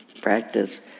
practice